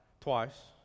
twice